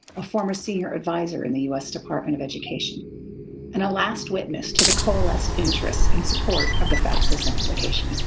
a former senior advisor in the u s. department of education and a last witness to the coalesced interests in support of the fafsa simplification.